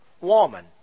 Woman